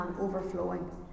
overflowing